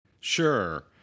sure